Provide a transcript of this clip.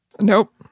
Nope